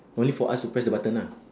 only for us to press the button lah